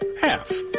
half